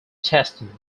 chastened